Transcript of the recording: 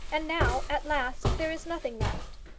and now at last there is nothing left.